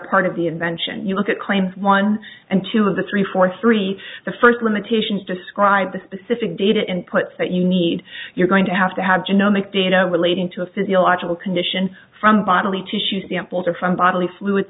part of the invention you look at claims one and two of the three for three the first limitations describe the specific data inputs that you need you're going to have to have genomic data relating to a physiological condition from bodily tissue samples or from bodily fluid